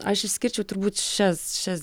aš išskirčiau turbūt šias šias